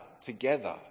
together